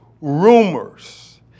Rumors